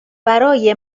برای